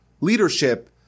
leadership